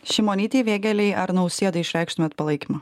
šimonytei vėgėlei ar nausėdai išreikštumėt palaikymą